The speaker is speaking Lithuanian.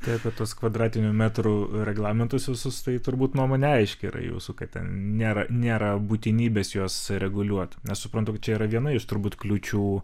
tai apie tuos kvadratinių metrų reglamentus visus tai turbūt nuomonę aiški jūsų yra jūsų kad ten nėra nėra būtinybės juos reguliuot aš suprantukad čia yra viena iš turbūt kliūčių